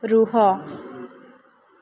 ରୁହ